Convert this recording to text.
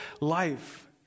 life